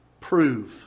prove